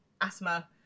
asthma